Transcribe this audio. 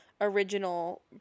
original